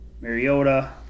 Mariota